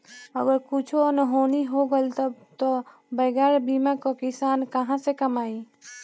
अगर कुछु अनहोनी हो गइल तब तअ बगैर बीमा कअ किसान कहां से कमाई